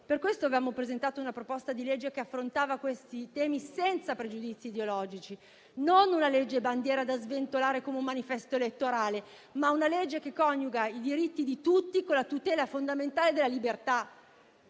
Per questo avevamo presentato un disegno di legge che affrontava questi temi senza pregiudizi ideologici, non una legge bandiera da sventolare come un manifesto elettorale, ma una che coniuga i diritti di tutti con la tutela fondamentale della libertà.